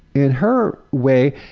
in her way,